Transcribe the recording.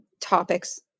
topics